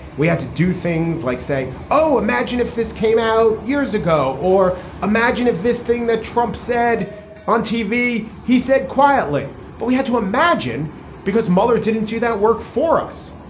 we had to do things like say oh imagine if this came out years ago or imagine if this thing that trump said on tv. he said quietly but we had to imagine because mueller didn't do that work for us.